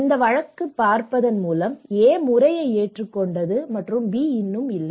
இந்த வழக்கைப் பார்ப்பதன் மூலம் A முறையை ஏற்றுக்கொண்டது மற்றும் B இன்னும் இல்லை